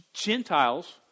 Gentiles